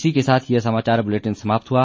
इसी के साथ ये समाचार बुलेटिन समाप्त हुआ